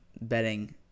betting